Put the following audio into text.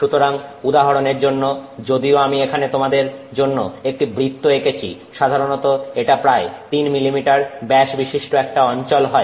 সুতরাং উদাহরণের জন্য যদিও আমি এখানে তোমাদের জন্য একটি বৃত্ত এঁকেছি সাধারণত এটা প্রায় 3 মিলিমিটার ব্যাসবিশিষ্ট একটা অঞ্চল হয়